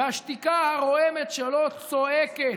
והשתיקה הרועמת שלו צועקת,